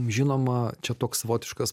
žinoma čia toks savotiškas